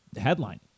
headline